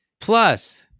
Plus